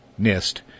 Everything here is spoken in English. NIST